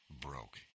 broke